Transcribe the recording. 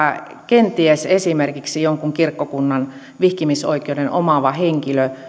kenties esimerkiksi jonkun kirkkokunnan vihkimisoikeuden omaava henkilö